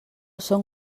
són